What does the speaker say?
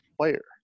player